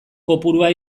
kopurua